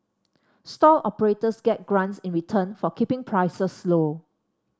stall operators get grants in return for keeping prices low